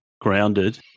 grounded